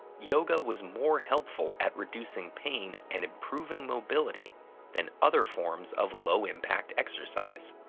yoga was more helpful at reducing pain and improving mobility than other forms of low-impact exercise.